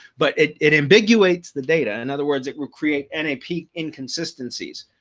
but it it invigorates the data. in other words, it will create an a peak in consistencies.